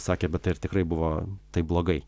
sakė bet tai ar tikrai buvo taip blogai